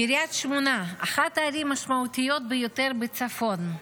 קריית שמונה, אחת הערים המשמעותיות ביותר בצפון,